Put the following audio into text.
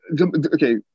okay